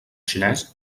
xinès